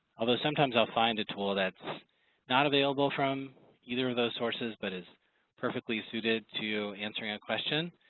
although sometimes i'll find a tool that's not available from either of those sources but is perfectly suited to answering a question,